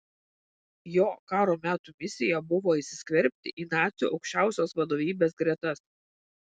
jo karo metų misija buvo įsiskverbti į nacių aukščiausios vadovybės gretas